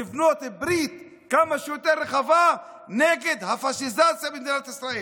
לבנות ברית כמה שיותר רחבה נגד הפשיזציה במדינת ישראל.